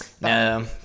no